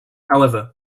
however